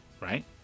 right